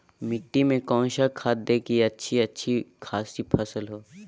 मिट्टी में कौन सा खाद दे की अच्छी अच्छी खासी फसल हो?